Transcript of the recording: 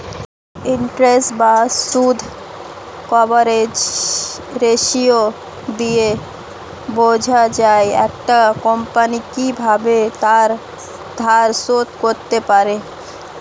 interest বা সুদ coverage ratio দিয়ে বোঝা যায় একটা কোম্পানি কিভাবে তার ধার শোধ করতে পারে